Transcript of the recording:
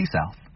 South